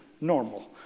normal